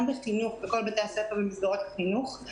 בחינוך בכל בתי הספר ובמסגרות החינוך.